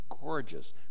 gorgeous